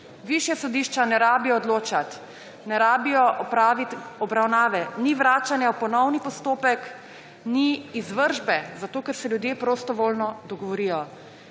višja sodišča ne rabijo odločati, ne rabijo opraviti obravnave, ni vračanja v ponovni postopek, ni izvršbe, ker se ljudje prostovoljno dogovorijo.